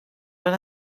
fod